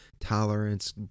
tolerance